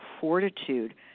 fortitude